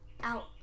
out